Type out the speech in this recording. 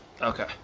Okay